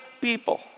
people